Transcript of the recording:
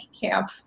camp